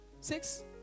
Six